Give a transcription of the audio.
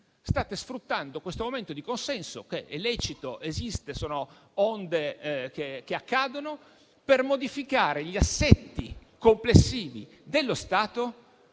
State sfruttando questo momento di consenso - che è lecito ed esiste, perché sono onde che accadono - per modificare gli assetti complessivi dello Stato